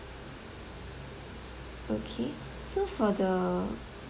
okay so for the